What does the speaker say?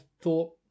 thought